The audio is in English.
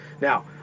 Now